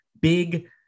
big